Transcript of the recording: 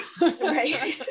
right